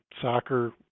soccer